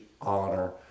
honor